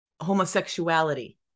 homosexuality